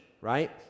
right